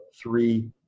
three